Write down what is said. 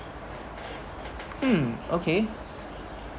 mm okay